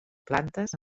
plantes